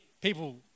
people